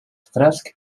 fresc